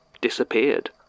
disappeared